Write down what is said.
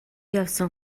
явсан